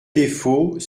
défauts